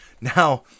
Now